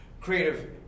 creative